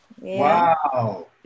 Wow